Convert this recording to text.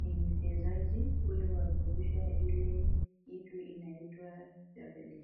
ni mchezaji ule wa kurusha ile kitu inaitwa [cs, ]javelin .